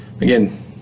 Again